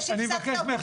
הפסקת אותי 3 פעמים.